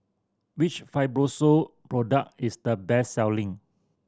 which Fibrosol product is the best selling